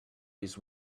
his